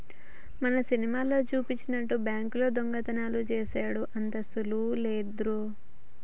మన సినిమాలల్లో జూపినట్టు బాంకుల్లో దొంగతనాలు జేసెడు అంత సులువు లేదురో